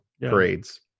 parades